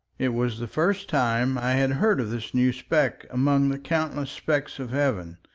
it was the first time i had heard of this new speck among the countless specks of heaven,